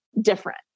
different